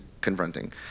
confronting